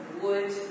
wood